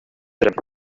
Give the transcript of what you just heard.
берем